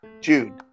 June